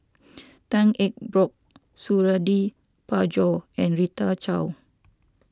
Tan Eng Bock Suradi Parjo and Rita Chao